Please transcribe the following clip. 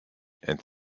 and